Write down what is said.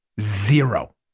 Zero